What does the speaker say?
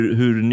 hur